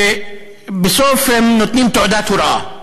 ובסוף נותנים תעודת הוראה.